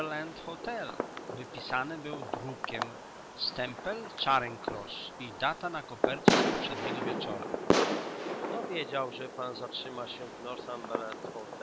hotel wypisany był drukiem stempel charing cross i data na kopercie z poprzedniego wieczora kto wiedział że pan zatrzyma się